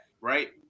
right